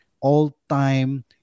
all-time